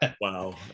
Wow